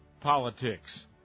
politics